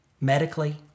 medically